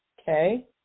Okay